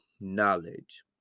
knowledge